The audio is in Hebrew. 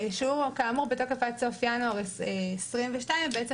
שהוא כאמור בתוקף עד סוף ינואר 2022. ובעצם